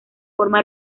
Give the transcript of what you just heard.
forma